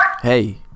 hey